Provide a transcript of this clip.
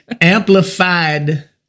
Amplified